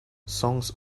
songs